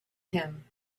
him